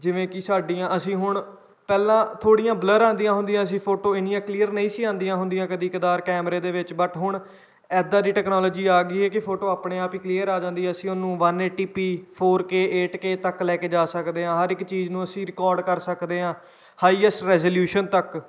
ਜਿਵੇਂ ਕਿ ਸਾਡੀਆਂ ਅਸੀਂ ਹੁਣ ਪਹਿਲਾਂ ਥੋੜ੍ਹੀਆਂ ਬਲਰ ਆਉਂਦੀਆਂ ਹੁੰਦੀਆਂ ਸੀ ਫੋਟੋ ਇੰਨੀਆਂ ਕਲੀਅਰ ਹੀਂ ਸੀ ਆਉਂਦੀਆਂ ਹੁੰਦੀਆਂ ਕਦੀ ਕਦਾਰ ਕੈਮਰੇ ਦੇ ਵਿੱਚ ਬਟ ਹੁਣ ਇੱਦਾਂ ਦੀ ਟੈਕਨੋਲੋਜੀ ਆ ਗਈ ਕਿ ਫੋਟੋ ਆਪਣੇ ਆਪ ਹੀ ਕਲੀਅਰ ਆ ਜਾਂਦੀ ਅਸੀਂ ਉਹਨੂੰ one eighty p four K eight K ਤੱਕ ਲੈ ਕੇ ਜਾ ਸਕਦੇ ਹਾਂ ਹਰ ਇੱਕ ਚੀਜ਼ ਨੂੰ ਅਸੀਂ ਰਿਕਾਰਡ ਕਰ ਸਕਦੇ ਹਾਂ ਹਾਈਐਸਟ ਰੈਸਲਿਊਸ਼ਨ ਤੱਕ